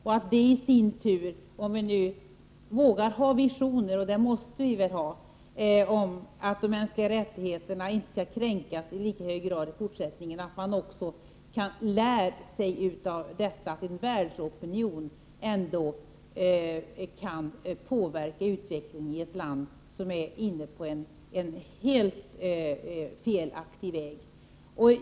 Detta kunde då — om vi nu vågar ha visioner, och det måste vi väl ha — medföra att de mänskliga rättigheterna inte kommer att kränkas i lika hög grad i fortsättningen, utan att man lär sig att en världsopinion ändåck kan påverka utvecklingen i ett land som är inne på en helt felaktig väg.